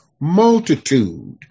multitude